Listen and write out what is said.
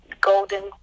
Golden